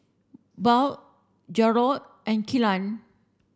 Buell Garold and Kelan